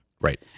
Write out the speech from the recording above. Right